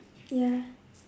ya